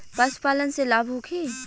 पशु पालन से लाभ होखे?